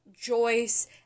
Joyce